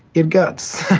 it. guts.